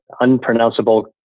unpronounceable